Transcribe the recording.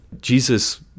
Jesus